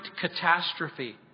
catastrophe